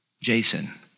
Jason